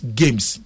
games